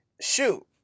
shoot